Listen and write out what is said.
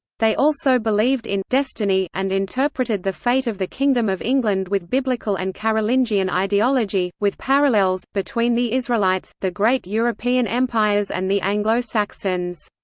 they also believed in destiny and interpreted the fate of the kingdom of england with biblical and carolingian ideology, with parallels, between the israelites, the great european empires and the anglo-saxons.